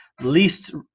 least